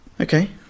Okay